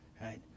right